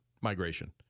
migration